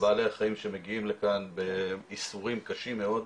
לבעלי החיים שמגיעים לכאן, בייסורים קשים מאוד.